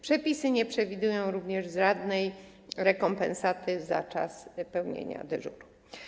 Przepisy nie przewidują również żadnej rekompensaty za czas pełnienia dyżuru.